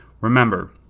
Remember